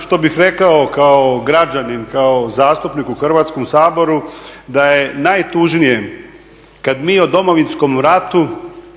što bih rekao kao građanin, kao zastupnik u Hrvatskom saboru da je najtužnije kad mi o Domovinskom ratu